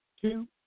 two